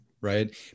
right